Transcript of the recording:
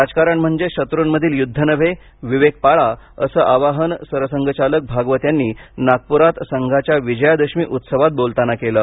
राजकारण म्हणजे शत्र्मधील युद्ध नव्हे विवेक पाळा असं आवाहन सरसंघचालक भागवत यांनी नागपूरात संघाच्या विजयादशमी उत्सवात बोलताना केलं